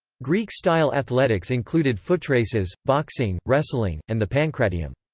greek-style athletics included footraces, boxing, wrestling, and the pancratium.